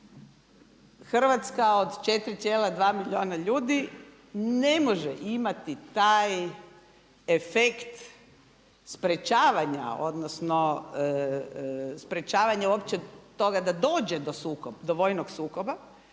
Hrvatska od 4,2 milijuna ljudi ne može imati taj efekt sprječavanja, odnosno sprječavanja uopće toga da dođe do vojnog sukoba